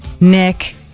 Nick